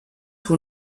que